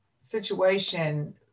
situation